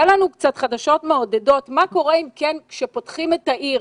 תן לנו קצת חדשות מעודדות ותאמר מה קורה כאשר פותחים את העיר.